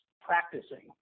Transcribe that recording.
practicing